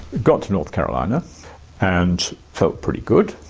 got to north carolina and felt pretty good,